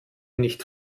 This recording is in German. nicht